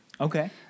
Okay